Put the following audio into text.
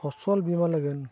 ᱯᱷᱚᱥᱚᱞ ᱵᱤᱢᱟ ᱞᱟᱹᱜᱤᱫ